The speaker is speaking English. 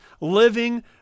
living